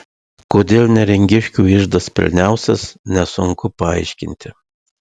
kodėl neringiškių iždas pilniausias nesunku paaiškinti